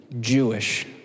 Jewish